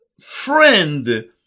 friend